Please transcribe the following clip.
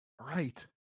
Right